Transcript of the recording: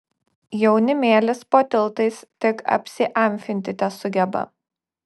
jaunimėlis po tiltais tik apsiamfinti tesugeba